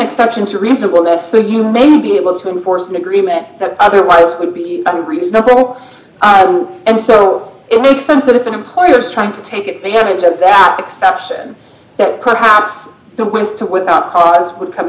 exception to reasonable less so you may be able to enforce an agreement that otherwise would be unreasonable and so it makes sense that if an employer is trying to take advantage of that exception that perhaps the went to without cause would come